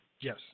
yes